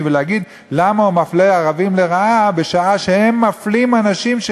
ולהגיד למה הוא מפלה ערבים לרעה בשעה שהם מפלים אנשים,